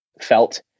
felt